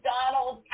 Donald